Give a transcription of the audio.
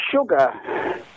sugar